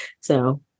so-